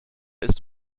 ist